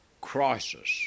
crisis